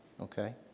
Okay